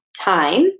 time